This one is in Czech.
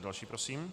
Další prosím.